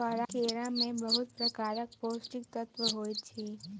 केरा में बहुत प्रकारक पौष्टिक तत्व होइत अछि